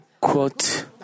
quote